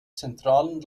zentralen